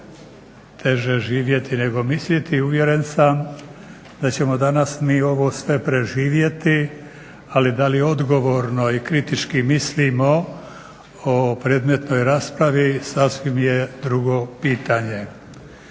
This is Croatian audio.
Teže živjeti nego misliti. I uvjeren sam da ćemo danas mi ovo sve preživjeti ali da li odgovorno i kritički mislimo o predmetnoj raspravi sasvim je drugo pitanje. Ja